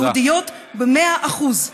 יהודיות במאה אחוז,